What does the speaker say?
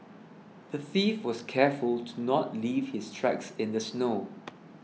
the thief was careful to not leave his tracks in the snow